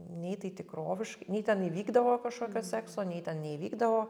nei tai tikroviš nei ten įvykdavo kažkokio sekso nei ten neįvykdavo